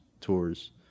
tours